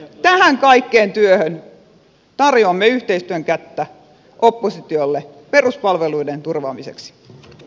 tähän kaikkeen työhön tarjoamme yhteistyön kättä oppositiolle peruspalveluiden turvaamiseksi